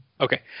Okay